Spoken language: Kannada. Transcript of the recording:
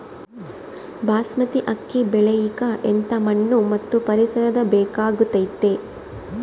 ಬಾಸ್ಮತಿ ಅಕ್ಕಿ ಬೆಳಿಯಕ ಎಂಥ ಮಣ್ಣು ಮತ್ತು ಪರಿಸರದ ಬೇಕಾಗುತೈತೆ?